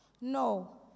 no